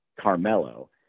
Carmelo